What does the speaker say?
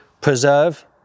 preserve